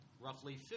roughly